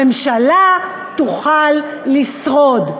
הממשלה תוכל לשרוד,